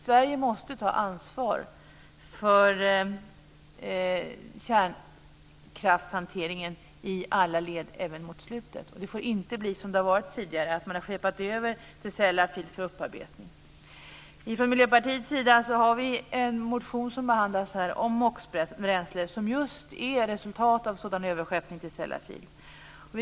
Sverige måste ta ansvar för kärnkraftshanteringen i alla led, även mot slutet. Det får inte bli som det har varit tidigare, att man har skeppat över avfallet till Sellafield för upparbetning. Vi från Miljöpartiet har en motion som behandlas i betänkandet om MOX-bränsle som just är ett resultat av sådan överskeppning till Sellafield.